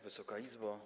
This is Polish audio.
Wysoka Izbo!